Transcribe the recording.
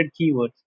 keywords